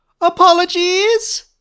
Apologies